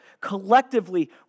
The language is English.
collectively